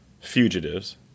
fugitives